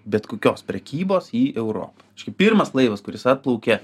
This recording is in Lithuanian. bet kokios prekybos į europą pirmas laivas kuris atplaukė